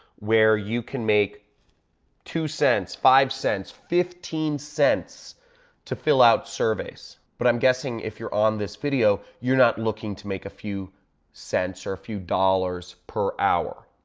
where you can make two cents, five cents, fifteen cents to fill out surveys but i'm guessing if you're on this video, you're not looking to make a few cents or a few dollars per hour.